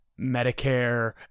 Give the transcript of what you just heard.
Medicare